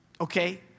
okay